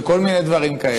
וכל מיני דברים כאלה.